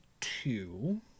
two